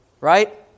Right